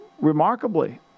remarkably